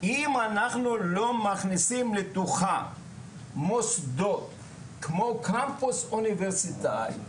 אם אנחנו לא מכניסים לתוכה מוסדות כמו קמפוס אוניברסיטאי,